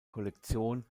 kollektion